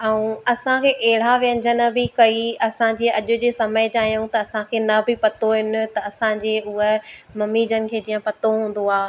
ऐं असांखे अहिड़ा व्यंजन बि कई असां जीअं अॼु जे समय जा आहियूं त असांखे न बि पतो हिन त असां जीअं हूअ मम्मी जन खे जीअं पतो हूंदो आहे